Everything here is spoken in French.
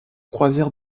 croisières